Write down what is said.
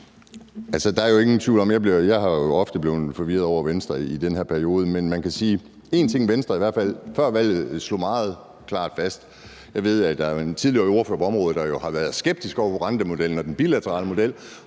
Jeg er jo ofte blevet forvirret over Venstre i den her periode. Men man kan sige, at der var én ting Venstre i hvert fald før valget slog meget klart fast. Jeg ved, at der er en tidligere ordfører på området, der har været skeptisk over for rwandamodellen og den bilaterale model,